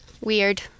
Weird